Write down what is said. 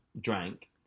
drank